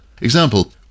Example